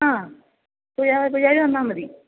ആ പൂജാരി വന്നാൽ മതി